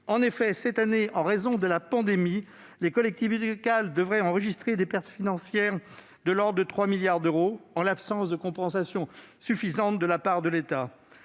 Cette année, en raison de la pandémie, les collectivités locales devraient enregistrer des pertes financières nettes de l'ordre de 3 milliards d'euros, en l'absence de compensation suffisante de la part de l'État.